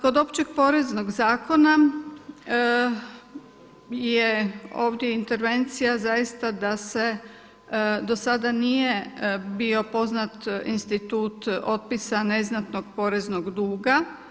Kod Općeg poreznog zakona je ovdje intervencija zaista da se do sada nije bio poznat institut otpisa neznatnog poreznog duga.